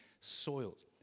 soils